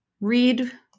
read